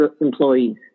employees